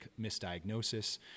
misdiagnosis